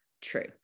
true